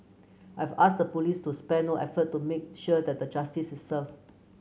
I've asked the police to spare no effort to make sure that the justice is serve